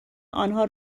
آنها